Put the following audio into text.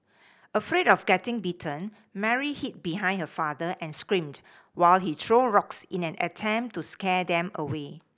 afraid of getting bitten Mary hid behind her father and screamed while he threw rocks in an attempt to scare them away